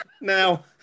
Now